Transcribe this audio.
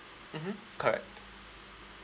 mmhmm correct